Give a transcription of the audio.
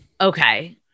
Okay